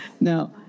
Now